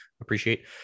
appreciate